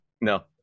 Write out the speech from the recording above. No